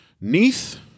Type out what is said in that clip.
Neath